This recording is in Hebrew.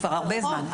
הוא כבר הרבה זמן.